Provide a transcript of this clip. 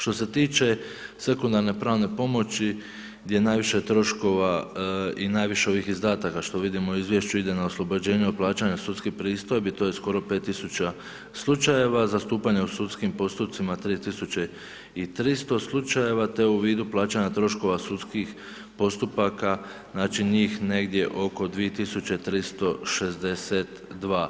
Što se tiče sekundarne pravne pomoći gdje najviše troškova i najviše ovih izdataka što vidimo u izvješću ide na oslobođenje od plaćanja sudskih pristojbi, to je skoro 5000 slučajeva, zastupanje u sudskim postupcima 3300 te u vidu plaćanja troškova sudskih postupaka, znači njih negdje oko 2362.